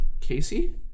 Casey